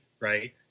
right